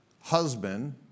husband